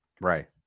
Right